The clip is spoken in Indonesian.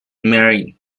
mary